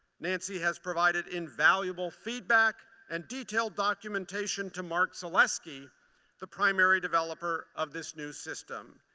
nancy has provided invaluable feedback and detailed documentation to mark zalesky the primary developer of this new system.